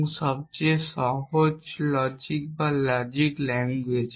এবং সবচেয়ে সহজ ধরনের লজিক বা লজিক ল্যাঙ্গুয়েজ